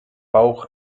bauch